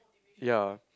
yea